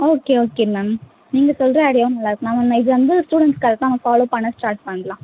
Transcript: okay okay ma'am நீங்கள் சொல்ற ஐடியாவும் நல்லாயிருக்கு மேம் இது வந்து ஸ்டுடெண்ட்ஸ் கரெக்டாக அவங்க ஃபாலோ பண்ண ஸ்டார்ட் பண்ணலாம்